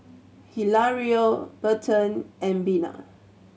Hilario Berton and Bina